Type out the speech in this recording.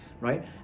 right